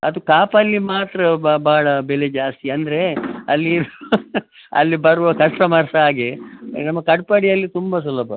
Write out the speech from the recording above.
ಅದು ಕಾಪಲ್ಲಿ ಮಾತ್ರವ ಭಾಳ ಬೆಲೆ ಜಾಸ್ತಿ ಅಂದರೆ ಅಲ್ಲಿ ಅಲ್ಲಿ ಬರುವ ಕಸ್ಟಮರ್ಸ್ ಸಹ ಹಾಗೆ ನಮ್ಮ ಕಟ್ಪಾಡಿ ಅಲ್ಲಿ ತುಂಬಾ ಸುಲಭ